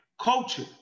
culture